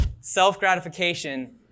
self-gratification